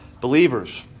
believers